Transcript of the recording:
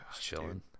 chilling